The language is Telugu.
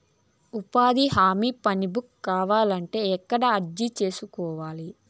ఉపాధి హామీ పని బుక్ కావాలంటే ఎక్కడ అర్జీ సేసుకోవాలి?